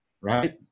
right